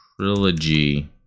trilogy